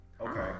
okay